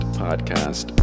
podcast